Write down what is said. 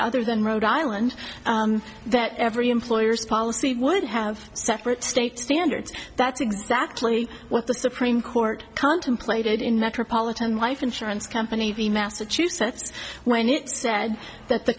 other than rhode island that every employer's policy would have separate state standards that's exactly what the supreme court contemplated in metropolitan life insurance company v massachusetts when it said that the